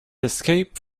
escape